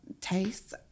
tastes